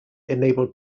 enabled